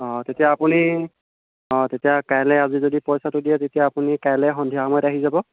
অঁ তেতিয়া আপুনি অঁ তেতিয়া কাইলৈ আজি যদি পইচাটো দিয়ে তেতিয়া আপুনি কাইলৈ সন্ধিয়া সময়ত আহি যাব